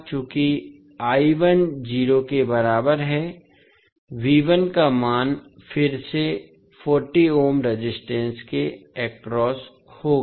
चूंकि I1 0 के बराबर है V1 का मान फिर से 40 ओम रेजिस्टेंस के अक्रॉस होगा